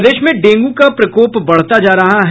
प्रदेश में डेंगू का प्रकोप बढ़ता जा रहा है